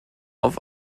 auf